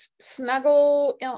snuggle